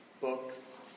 books